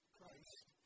Christ